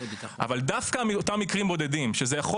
אבל דווקא מאותם מקרים בודדים שזה יכול